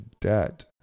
debt